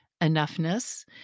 enoughness